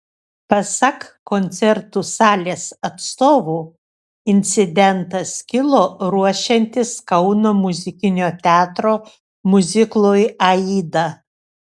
pasak koncertų salės atstovų incidentas kilo ruošiantis kauno muzikinio teatro miuziklui aida